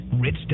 Rich